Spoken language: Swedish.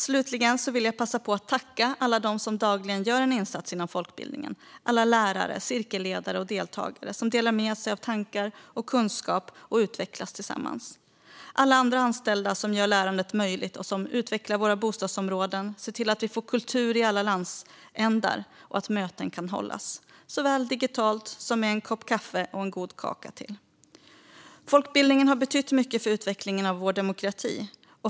Slutligen vill jag passa på att tacka alla dem som dagligen gör en insats inom folkbildningen, alla lärare, cirkelledare och deltagare som delar med sig av tankar och kunskap och utvecklas tillsammans. Jag tackar också alla andra anställda som gör lärandet möjligt och som utvecklar våra bostadsområden, ser till att vi får kultur i alla landsändar och att möten kan hållas, såväl digitalt som med en kopp kaffe och en god kaka till. Folkbildningen har betytt mycket för utvecklingen av vår demokrati.